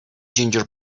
ginger